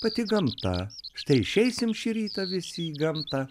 pati gamta štai išeisim šį rytą visi į gamtą